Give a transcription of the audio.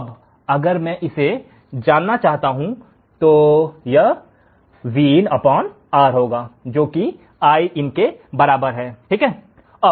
यहाँ अगर मैं इसे जानना चाहता हूँ तो यह VinR होगा जोकि Iin के बराबर होगा